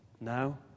now